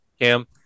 Cam